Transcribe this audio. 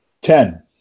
ten